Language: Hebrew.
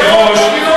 הסורים על הגדרות?